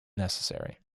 necessary